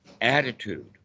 attitude